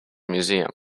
museum